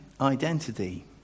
Identity